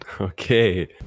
Okay